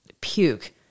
puke